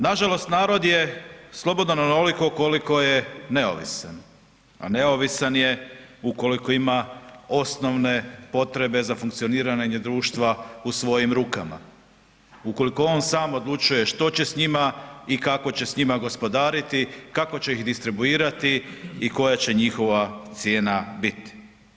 Nažalost, narod je slobodan onoliko koliko je neovisan, a neovisan je ukoliko ima osnovne potrebe za funkcioniranje društva u svojim rukama, ukoliko on sam odlučuje što će s njima i kako će s njima gospodariti, kako će ih distribuirati i koja će njihova cijena biti.